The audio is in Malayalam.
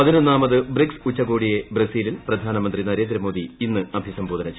പതിനൊന്നാമത് ബ്രിക്സ് ഉച്ചകോടിയെ ബ്രസീലിൽ പ്രധാനമന്ത്രി നരേന്ദ്രമോദി ഇന്ന് അഭിസംബോധന ചെയ്യും